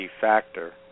factor